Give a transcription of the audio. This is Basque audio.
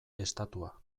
estatua